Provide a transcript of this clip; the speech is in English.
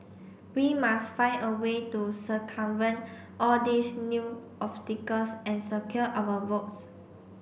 we must find a way to circumvent all these new obstacles and secure our votes